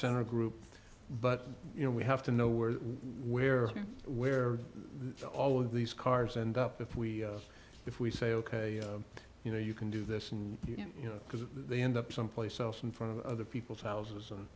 center group but you know we have to know where where where all of these cars and up if we if we say ok you know you can do this and you know because they end up someplace else in front of other people's houses